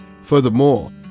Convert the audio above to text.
Furthermore